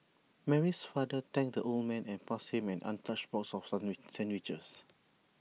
Mary's father thanked the old man and passed him an untouched box of sandwiches